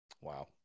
Wow